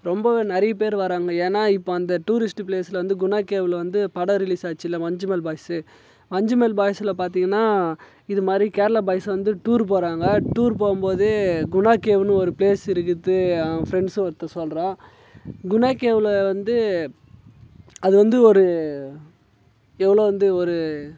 ரொம்ப நிறைய பேர் வராங்க ஏன்னா இப்போ அந்த டூரிஸ்ட்டு ப்ளேஸில் வந்து குணா கேவ்வில் வந்து படம் ரிலீஸ்ஸாச்சுல மஞ்சுமெல் பாய்ஸ்ஸு மஞ்சுமெல் பாய்ஸ்ஸில் பார்த்திங்கன்னா இதுமாதிரி கேரளா பாய்ஸ் வந்து டூரு போகறாங்க டூர் போகும்போது குணா கேவுன்னு ஒரு ஃப்ளேஸ் இருக்குது அவன் ஃப்ரெண்ட்ஸ் ஒருத்தன் சொல்லுறான் குணா கேவில வந்து அது வந்து ஒரு எவ்வளோ வந்து ஒரு